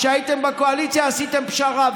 כשהייתם בקואליציה עשיתם פשרה.